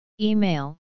Email